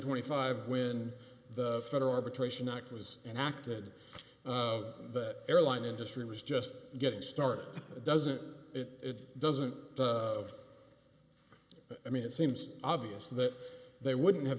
twenty five when the federal arbitration act was enacted the airline industry was just getting started doesn't it it doesn't i mean it seems obvious that they wouldn't have